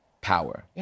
power